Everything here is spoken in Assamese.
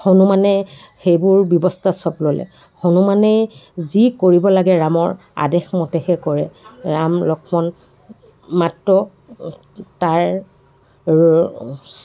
হনুমানে সেইবোৰ ব্যৱস্থা চব ল'লে হনুমানেই যি কৰিব লাগে ৰামৰ আদেশ মতেহে কৰে ৰাম লক্ষ্মণ মাত্ৰ তাৰ